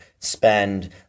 spend